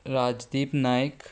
Rajdeep Naik